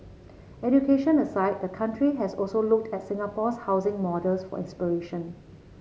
education aside the country has also looked at Singapore's housing models for inspiration